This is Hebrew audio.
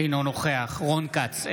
אינו נוכח רון כץ,